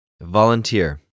Volunteer